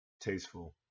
tasteful